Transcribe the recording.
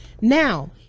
now